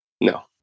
No